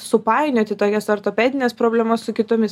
supainioti tokias ortopedines problemas su kitomis